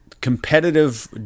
Competitive